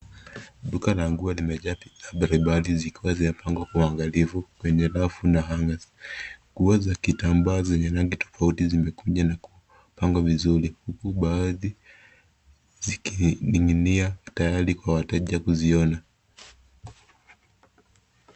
Duka la nguo limejaa bidhaa mbalimbali zikiwa zimepangwa kwenye rafu na hangers . Nguo za kitambaa zenye rangi tofauti zimekunjwa na kupangwa vizuri huku baadhi zikining'inia tayari kwa wateja kuziona.